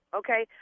okay